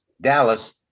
Dallas